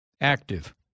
active